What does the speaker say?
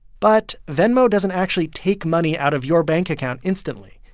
but venmo doesn't actually take money out of your bank account instantly.